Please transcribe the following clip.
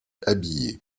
habillée